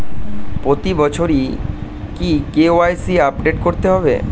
প্রতি বছরই কি কে.ওয়াই.সি আপডেট করতে হবে?